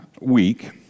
week